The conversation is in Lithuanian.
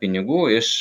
pinigų iš